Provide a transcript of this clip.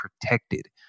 protected